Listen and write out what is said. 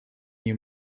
you